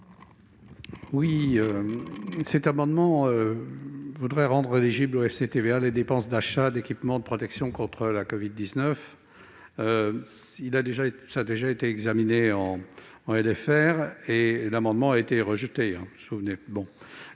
de cet amendement voudraient rendre éligibles au FCTVA les dépenses d'achat d'équipements de protection contre la covid-19. Ce sujet a déjà été examiné en LFR, et l'amendement a été rejeté. Les dépenses